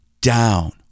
down